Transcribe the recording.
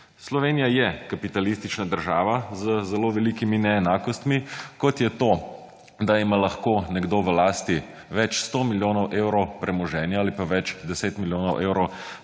Slovenija je kapitalistična država z zelo velikimi neenakostmi, kot je to, da ima lahko nekdo v lasti več sto milijonov evrov premoženja ali pa več deset milijonov evrov